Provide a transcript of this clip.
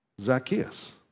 Zacchaeus